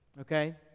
Okay